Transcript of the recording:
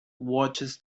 watches